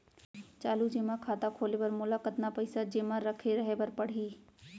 चालू जेमा खाता खोले बर मोला कतना पइसा जेमा रखे रहे बर पड़ही?